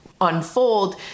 unfold